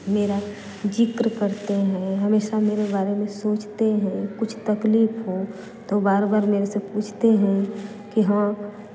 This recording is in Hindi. मेरा ज़िक्र करते हैं हमेशा मेरे बारे में सोचते हैं कुछ तकलीफ़ हो तो बार बार मेरे से पूछते हैं कि हाँ